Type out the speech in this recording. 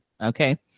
okay